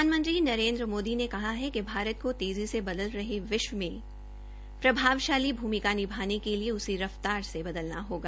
प्राधानमंत्री नरेन्द्र मोदी ने कहा है कि भारत को तेजी से बदलते विश्व में प्रभावशाली भूमिका निभाने के लिए उसी रफतार से बदलना होगा